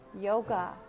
Yoga